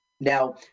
Now